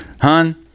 Hun